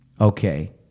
okay